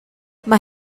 mae